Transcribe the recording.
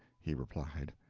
he replied,